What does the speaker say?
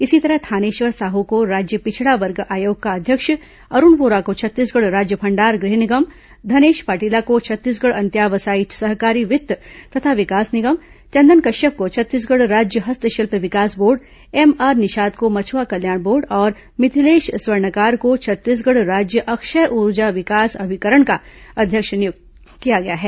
इसी तरह थानेश्वर साहू को राज्य पिछड़ा वर्ग आयोग का अध्यक्ष अरूण वोरा को छत्तीसगढ़ राज्य भंडार गृह निगम धनेश पाटिला को छत्तीसगढ़ अंत्यावसायी सहकारी वित्त तथा विकास निगम चंदन कश्यप को छत्तीसगढ़ राज्य हस्तशिल्प विकास बोर्ड एम आर निषाद को मछुआ कल्याण बोर्ड और मिथिलेश स्वर्णकार को छत्तीसगढ़ राज्य अक्षय ऊर्जा विकास अभिकरण का अध्यक्ष नियुक्त किया गया है